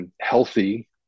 healthy